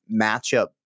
matchup